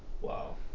Wow